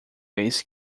vez